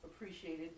appreciated